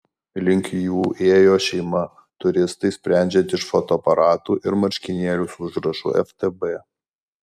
link jų ėjo šeima turistai sprendžiant iš fotoaparatų ir marškinėlių su užrašu ftb